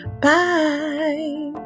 Bye